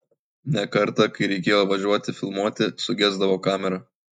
ne kartą kai reikėjo važiuoti filmuoti sugesdavo kamera